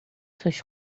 suas